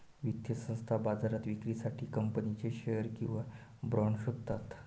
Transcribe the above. वित्तीय संस्था बाजारात विक्रीसाठी कंपनीचे शेअर्स किंवा बाँड शोधतात